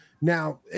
Now